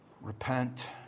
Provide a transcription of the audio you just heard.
Repent